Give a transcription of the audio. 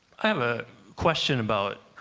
um a question about,